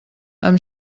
amb